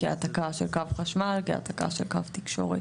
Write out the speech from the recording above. כהעתקה של קו חשמל או כהעתקה של קו תקשורת,